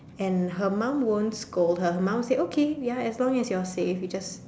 and her mum won't scold her her mum say okay ya as long as you're safe you just